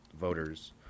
voters